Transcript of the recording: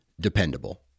dependable